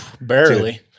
barely